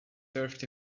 served